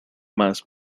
más